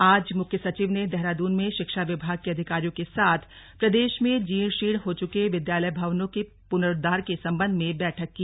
आज मुख्य सचिव ने देहरादून में शिक्षा विभाग के अधिकारियों के साथ प्रदेश में जीर्ण शीर्ण हो चुके विद्यालय भवनों के पुनरूद्वार के सम्बन्ध में बैठक की